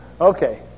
Okay